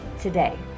today